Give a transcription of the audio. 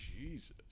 Jesus